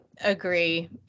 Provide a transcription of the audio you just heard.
agree